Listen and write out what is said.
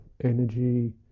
energy